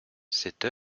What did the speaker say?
cette